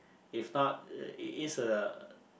if not uh it is a